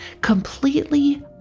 completely